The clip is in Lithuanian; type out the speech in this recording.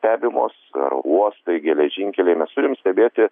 stebimos oro uostai geležinkeliai mes turim stebėti